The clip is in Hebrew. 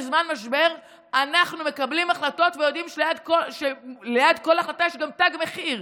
בזמן משבר אנחנו מקבלים החלטות ויודעים שליד כל החלטה יש גם תג מחיר,